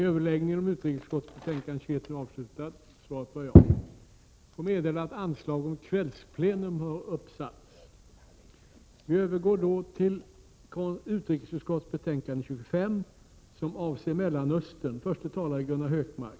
Jag får meddela att anslag nu har satts upp om att detta sammanträde skall fortsätta efter kl. 19.00.